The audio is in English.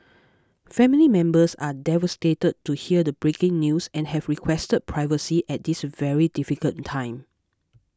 family members are devastated to hear the breaking news and have requested privacy at this very difficult time